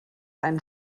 einen